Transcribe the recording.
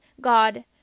God